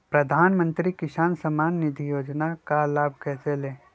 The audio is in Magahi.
प्रधानमंत्री किसान समान निधि योजना का लाभ कैसे ले?